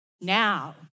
Now